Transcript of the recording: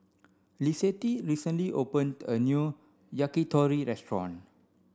Lissette recently opened a new Yakitori restaurant